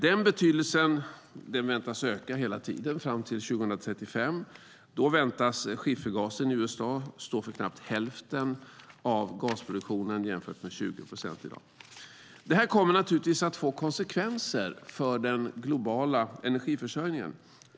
Den betydelsen väntas öka hela tiden fram till 2035. Då väntas skiffergasen i USA stå för knappt hälften av gasproduktionen jämfört med 20 procent i dag. Det här kommer naturligtvis att få konsekvenser för den globala energiförsörjningen.